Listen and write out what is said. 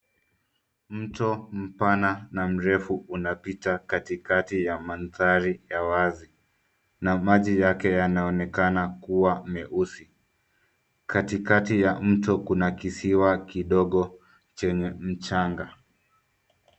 Mto mpana na mrefu unapita katikati ya mandhari ya wazi na maji yake yanaonekana kuwa meusi. Katikati ya mto kuna kisiwa kidogo chenye mchanga.